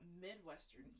Midwestern